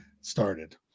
started